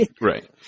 Right